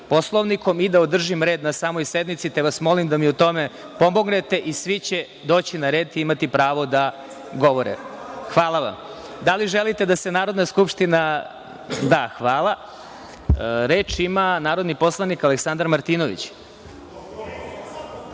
i da održim red na samoj sednici, te vas molim da mi u tome pomognete i svi će doći na red, i imati pravo da govore. Hvala vam. Da li želite da se Narodna skupština izjasni u danu za glasanje? Da. Hvala. Reč ima narodni poslanik Aleksandar Martinović.